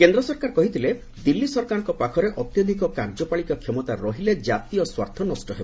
କେନ୍ଦ୍ର ସରକାର କହିଥିଲେ ଦିଲ୍ଲୀ ସରକାରଙ୍କ ପାଖରେ ଅତ୍ୟଧିକ କାର୍ଯ୍ୟପାଳିକା କ୍ଷମତା ରହିଲେ ଜାତୀୟ ସ୍ୱାର୍ଥ ନଷ୍ଟ ହେବ